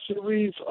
series